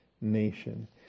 nation